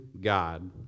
God